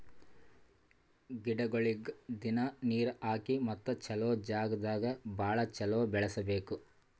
ಗಿಡಗೊಳಿಗ್ ದಿನ್ನಾ ನೀರ್ ಹಾಕಿ ಮತ್ತ ಚಲೋ ಜಾಗ್ ದಾಗ್ ಭಾಳ ಚಲೋ ಬೆಳಸಬೇಕು